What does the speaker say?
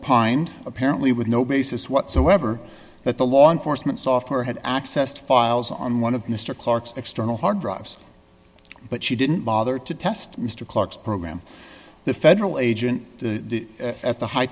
pined apparently with no basis whatsoever that the law enforcement software had accessed files on one of mr clarke's external hard drives but she didn't bother to test mr clarke's program the federal agent at the high